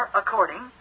according